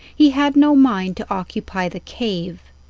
he had no mind to occupy the cave.